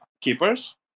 keepers